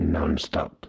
Non-Stop